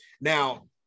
Now